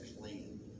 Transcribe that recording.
clean